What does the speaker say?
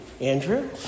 Andrew